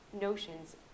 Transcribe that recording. notions